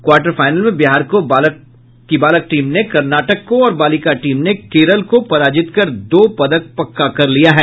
quarter final में बिहार की बालक टीम ने कर्नाटक को और बालिका टीम ने केरल को पराजित कर दो पदक पक्का कर दिया है